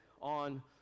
On